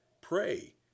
Pray